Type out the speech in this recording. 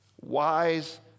Wise